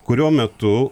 kurio metu